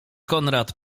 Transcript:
konrad